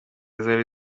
zari